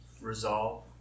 resolve